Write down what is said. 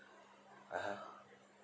(uh huh)